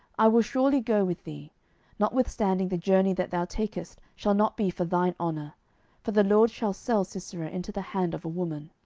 i will surely go with thee notwithstanding the journey that thou takest shall not be for thine honour for the lord shall sell sisera into the hand of a woman.